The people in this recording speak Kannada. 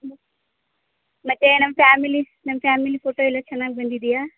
ಹ್ಞೂ ಮತ್ತೆ ನಮ್ಮ ಫ್ಯಾಮಿಲಿ ನಮ್ಮ ಫ್ಯಾಮಿಲಿ ಫೋಟೋ ಎಲ್ಲ ಚೆನ್ನಾಗಿ ಬಂದಿದೆಯಾ